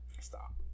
Stop